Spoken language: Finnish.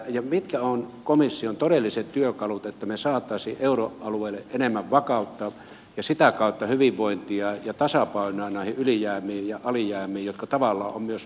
ja mitkä ovat komission todelliset työkalut että me saisimme euroalueelle enemmän vakautta ja sitä kautta hyvinvointia ja tasapainoa näihin ylijäämiin ja alijäämiin jotka tavallaan ovat myös nollasummapeli